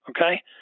Okay